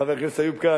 חבר הכנסת איוב קרא,